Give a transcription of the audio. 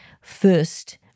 first